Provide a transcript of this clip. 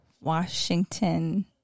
Washington